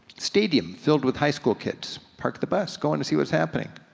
stadium filled with high school kids, park the bus, go in to see what's happening.